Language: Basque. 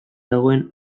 dagoen